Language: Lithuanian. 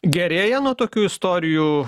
gerėja nuo tokių istorijų